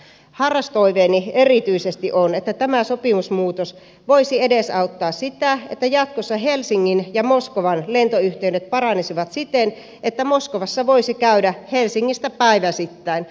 harras toiveeni on erityisesti että tämä sopimusmuutos voisi edesauttaa sitä että jatkossa helsingin ja moskovan lentoyhteydet paranisivat siten että moskovassa voisi käydä helsingistä päiväsittäin